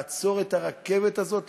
לעצור את הרכבת הזאת,